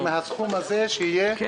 זה סכום יותר גדול.